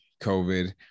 COVID